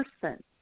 person